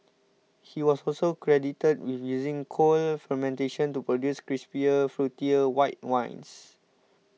he was also credited with using cold fermentation to produce crisper fruitier white wines